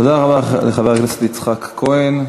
תודה רבה לחבר הכנסת יצחק כהן.